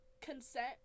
consent